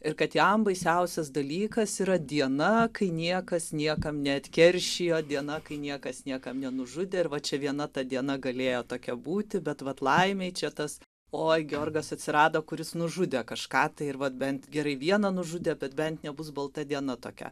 ir kad jam baisiausias dalykas yra diena kai niekas niekam neatkeršijo diena kai niekas nieko nenužudė ir va čia viena ta diena galėjo tokia būti bet vat laimei čia tas oi georgas atsirado kuris nužudė kažką tai ir vat bent gerai vieną nužudė tad bent nebus balta diena tokia